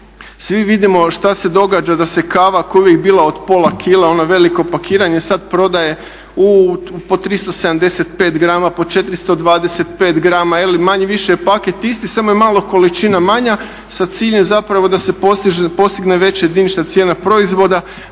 Svi vidimo šta se događa da se kava koja je uvijek bila od pola kile, ono veliko pakiranje sad prodaje po 375 grama, po 425 grama, ili manje-više je paket isti samo je malo količina manja sa ciljem zapravo da se postigne veća jedinična cijena proizvoda.